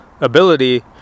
ability